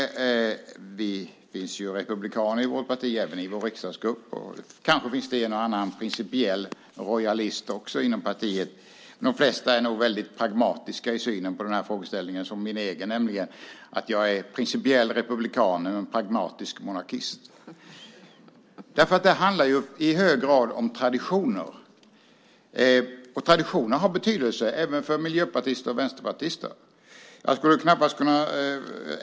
Det finns republikaner i vårt parti, även i vår riksdagsgrupp, och kanske finns det också en och annan principiell rojalist inom partiet. De flesta är nog, liksom jag, pragmatiska i synen på frågeställningen. Jag är principiell republikan men pragmatisk monarkist. Det handlar i hög grad om traditioner. Traditioner har betydelse, även för miljöpartister och vänsterpartister.